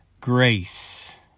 grace